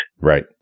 Right